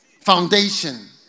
foundation